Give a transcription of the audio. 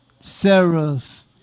Sarah's